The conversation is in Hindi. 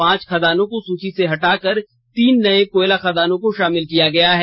पांच खदानों को सूची से हटाकर तीन नये कोयला खदानों को शामिल किया गया है